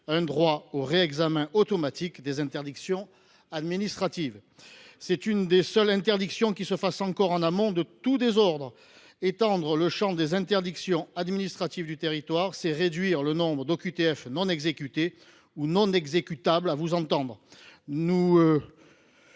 un droit au réexamen automatique des interdictions administratives. C’est l’une des seules interdictions qui se font encore en amont de tout désordre : étendre le champ des interdictions administratives du territoire, c’est réduire le nombre d’OQTF non exécutées, ou, à vous entendre,